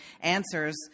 answers